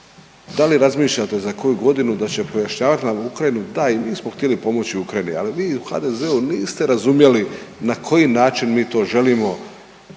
Da li razmišljate za koju godinu da će pojašnjavati na Ukrajinu, da i mi smo htjeli pomoći Ukrajini, ali vi u HDZ-u niste razumjeli na koji način mi to želimo